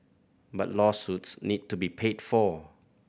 but lawsuits need to be paid for